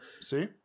see